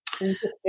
Interesting